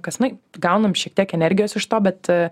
kasmet gaunam šiek tiek energijos iš to bet